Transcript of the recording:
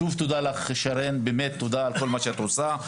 שוב תודה לך שרן, באמת תודה על כל מה שאת עושה.